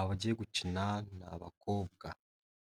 abagiye gukina ni abakobwa.